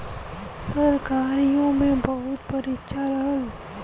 सरकारीओ मे बहुत परीक्षा रहल